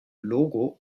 logo